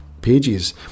Pages